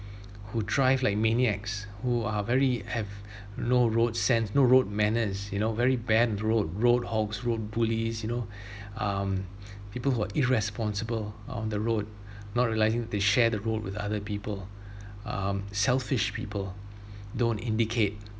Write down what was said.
who drive like maniacs who are very have have no road sense no road manners you know very bad road roadhogs road bullies you know um people who are irresponsible on the road not realising they share the road with other people um selfish people don't indicate